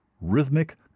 rhythmic